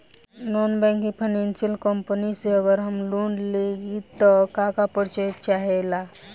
Non banking financial company से अगर हम लोन लि त का का परिचय चाहे ला?